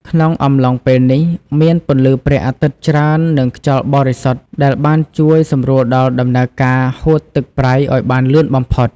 ក្នុងអំឡុងពេលនេះ មានពន្លឺព្រះអាទិត្យច្រើននិងខ្យល់បរិសុទ្ធដែលបានជួយសម្រួលដល់ដំណើរការហួតទឹកប្រៃឲ្យបានលឿនបំផុត។